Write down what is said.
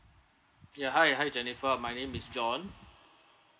ya hi hi jennifer my name is john